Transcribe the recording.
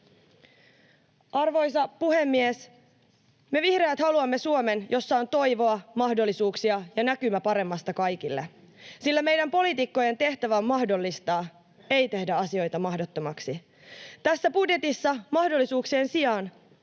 Arvoisa puhemies! Me vihreät haluamme Suomen, jossa on toivoa, mahdollisuuksia ja näkymä paremmasta kaikille, sillä meidän poliitikkojen tehtävänä on mahdollistaa, ei tehdä asioita mahdottomaksi. Tässä budjetissa mahdollisuuksien sijaan